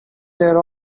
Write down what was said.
their